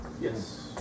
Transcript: Yes